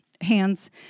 hands